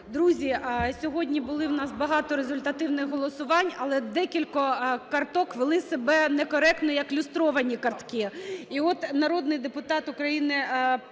Друзі, сьогодні були у нас багато результативних голосувань, але декілька карток вели себе некоректно, як люстровані картки. І от народний депутат України,